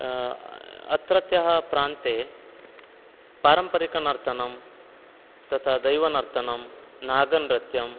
अत्रत्यः प्रान्ते पारम्परिकनर्तनं तथा दैवनर्तनं नागनृत्यं